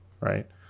Right